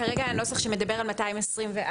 כרגע הנוסח שמדבר על 224(6),